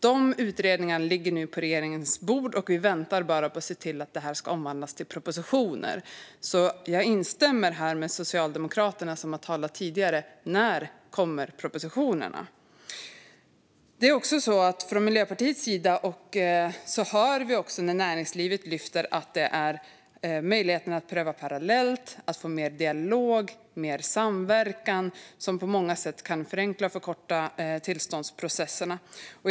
Deras utredningar ligger nu på regeringens bord, och vi väntar bara på att de ska omvandlas till propositioner. Jag instämmer därför i det som tidigare har sagts från Socialdemokraterna: När kommer propositionerna? Från Miljöpartiets sida hör vi att näringslivet lyfter fram möjligheterna att pröva parallellt och att få mer dialog och mer samverkan som på många sätt kan förenkla och förkorta tillståndsprocesserna.